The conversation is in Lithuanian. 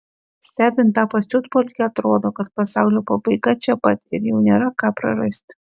stebint tą pasiutpolkę atrodo kad pasaulio pabaiga čia pat ir jau nėra ką prarasti